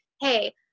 hey